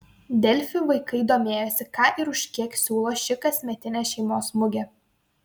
delfi vaikai domėjosi ką ir už kiek siūlo ši kasmetinė šeimos mugė